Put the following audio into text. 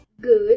good